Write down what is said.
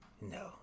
no